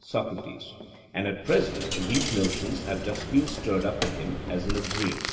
socrates and at present these notions have just been stirred up in him, as in a dream